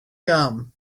gum